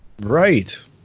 Right